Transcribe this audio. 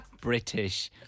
British